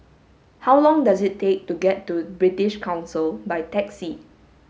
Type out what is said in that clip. how long does it take to get to British Council by taxi